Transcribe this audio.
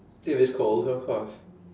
if it's cold of course